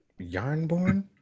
yarnborn